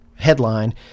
headline